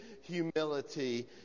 humility